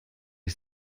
ich